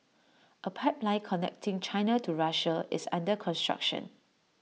A pipeline connecting China to Russia is under construction